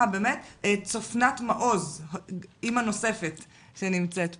אימא נוספת שנמצאת פה,